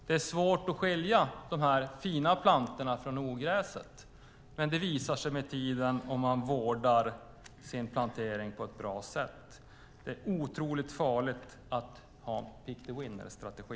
Det är svårt att skilja de fina plantorna från ogräset, men det visar sig med tiden om man vårdar sin plantering på ett bra sätt. Det är otroligt farligt att ha en pick-the-winner-strategi.